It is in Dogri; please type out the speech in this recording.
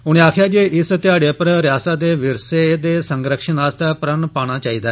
उनें आक्खेया जे इस ध्याड़े पर रियासत दे विरसे दे संरक्षण आस्तै प्रण पाना लोड़चदा